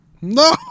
No